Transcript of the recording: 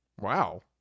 Wow